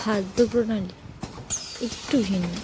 খাদ্য প্রণালী একটু ভিন্ন